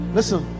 Listen